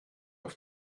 auf